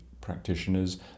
Practitioners